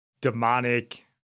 demonic